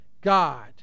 God